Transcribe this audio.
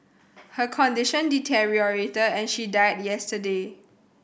her condition deteriorated and she died yesterday